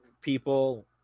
people